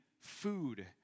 food